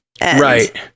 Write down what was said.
right